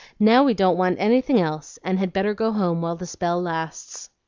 now we don't want anything else, and had better go home while the spell lasts.